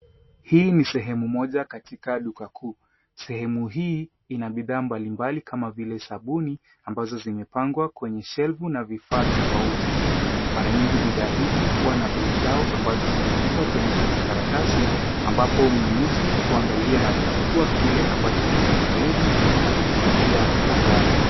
Hii ni sehemu moja katika duka kuu sehemu hii ina bidhaa mbali mbali kama vile sabuni ambazo zimepangwa kwenye shelvu na vifaa tofauti mara nyingi bidhaa hizi huwa na bei zao ambazo zimeandikwa kwenye kijikaratasi ambapo mnunuzi huangalia na kuchukua kile ambacho kinachomfaidi na kukilipia badae.